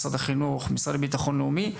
משרד החינוך ומשרד לביטחון לאומי.